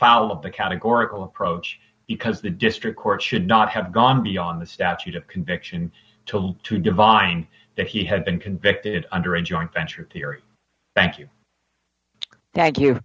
of the categorical approach because the district court should not have gone beyond the statute of conviction to look to divine that he had been convicted under a joint venture theory thank you thank you